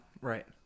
Right